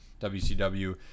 WCW